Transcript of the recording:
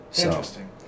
Interesting